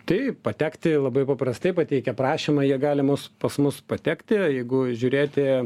tai patekti labai paprastai pateikę prašymą jie gali mus pas mus patekti jeigu žiūrėti